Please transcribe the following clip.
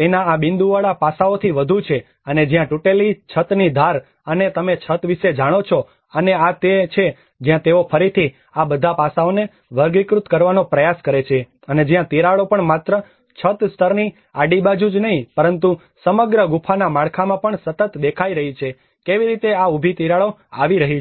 તેના આ બિંદુવાળા પાસાઓથી વધુ છે અને જ્યાં તૂટેલી છતની ધાર અને તમે છત વિશે જાણો છો અને આ તે છે જ્યાં તેઓ ફરીથી આ બધા પાસાઓને વર્ગીકૃત કરવાનો પ્રયાસ કરે છે અને જ્યાં તિરાડો પણ માત્ર છત સ્તરની આડી બાજુ જ નહીં પરંતુ સમગ્ર ગુફાના માળખામાં પણ સતત દેખાઈ રહી છે કે કેવી રીતે આ ઉભી તિરાડો આવી રહી છે